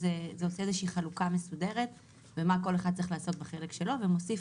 זה עושה איזושהי חלוקה מסודרת ומה כל אחד צריך לעשות בחלק שלו ומוסיף